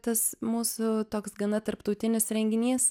tas mūsų toks gana tarptautinis renginys